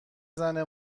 زنه